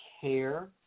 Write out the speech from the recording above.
care